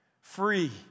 Free